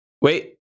Wait